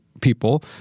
people